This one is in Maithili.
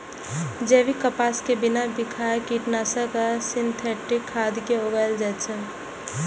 जैविक कपास कें बिना बिखाह कीटनाशक आ सिंथेटिक खाद के उगाएल जाए छै